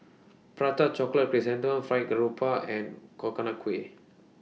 Prata Chocolate Chrysanthemum Fried Grouper and Coconut Kuih